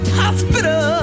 hospital